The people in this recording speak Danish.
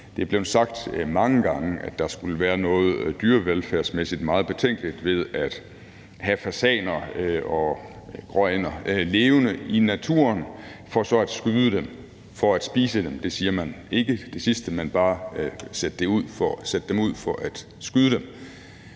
Det er blevet sagt mange gange, at der skulle være noget dyrevelfærdmæssigt meget betænkeligt ved at opdrætte fasaner og gråænder levende i naturen for så at skyde dem for at spise dem. Man taler ikke om det sidste, men blot om, at de sættes ud, for at man kan skyde dem.